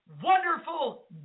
wonderful